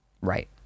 right